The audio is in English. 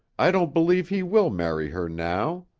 i don't believe he will marry her now.